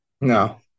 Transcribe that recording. No